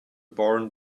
barn